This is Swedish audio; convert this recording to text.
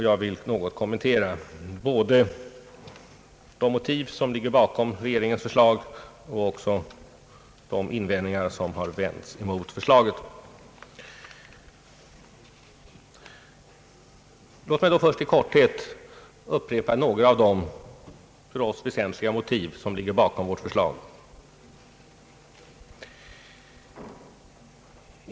Jag vill något kommentera både de motiv som ligger bakom regeringens förslag och de invändningar som har riktats mot detta. Låt mig först i korthet upprepa några av de för oss väsentliga motiv som ligger till grund för vårt förslag.